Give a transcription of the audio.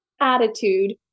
attitude